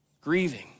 grieving